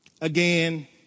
again